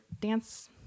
dance